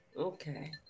okay